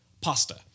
Pasta